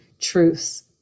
truths